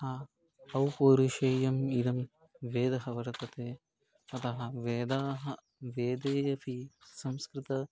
हा अपौरुषेयम् इदं वेदः वर्तते अतः वेदाः वेदे अपि संस्कृतम्